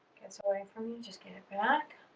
gets away from you, just get it back.